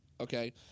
okay